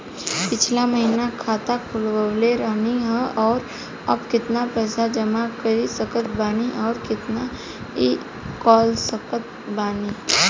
पिछला महीना खाता खोलवैले रहनी ह और अब केतना पैसा जमा कर सकत बानी आउर केतना इ कॉलसकत बानी?